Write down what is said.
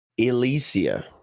Elysia